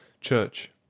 CHURCH